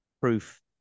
proof